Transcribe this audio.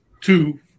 two